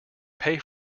pay